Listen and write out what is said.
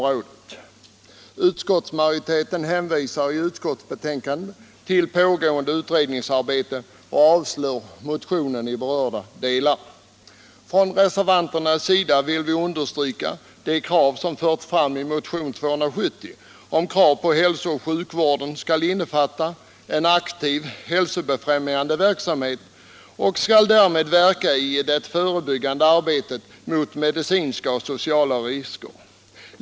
Reservanterna vill understryka kraven i motionen 270 på att hälsooch sjukvården bör innefatta en aktiv, hälsobefrämjande verksamhet för att medverka i det förebyggande arbetet mot medicinska och sociala risker.